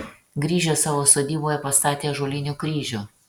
grįžęs savo sodyboje pastatė ąžuolinį kryžių